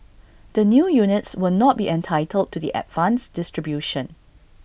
the new units will not be entitled to the advanced distribution